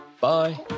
bye